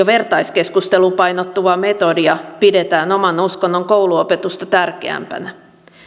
vertaiskeskusteluun painottuvaa metodia pidetään oman uskonnon kouluopetusta tärkeämpänä